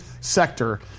sector